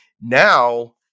Now